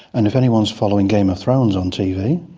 and if anyone is following game of thrones on tv,